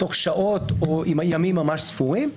תוך שעות או ימים ממש ספורים.